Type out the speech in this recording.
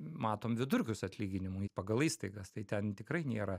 matom vidurkius atlyginimų pagal įstaigas tai ten tikrai nėra